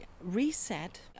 reset